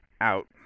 out